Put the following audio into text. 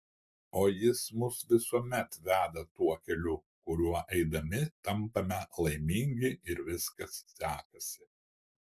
o jis mus visuomet veda tuo keliu kuriuo eidami tampame laimingi ir viskas sekasi